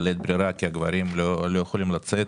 בלית ברירה כי הגברים לא יכולים לצאת,